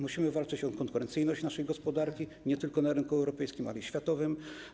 Musimy walczyć o konkurencyjność naszej gospodarki nie tylko na rynku europejskim, lecz także światowym.